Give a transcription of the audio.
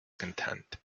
content